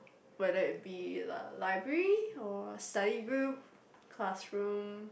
whether it be a library or study group classroom